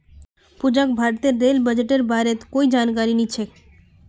पूजाक भारतेर रेल बजटेर बारेत कोई जानकारी नी छ